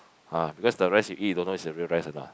ah because the rice you eat you don't know is the real rice or not